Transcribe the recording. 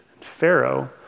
Pharaoh